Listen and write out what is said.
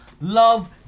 love